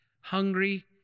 hungry